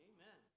Amen